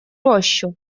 рощу